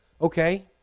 Okay